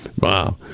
Wow